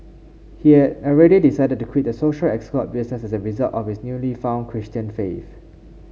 he had already decided to quit the social escort business as a result of his newly found Christian faith